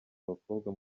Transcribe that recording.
abakobwa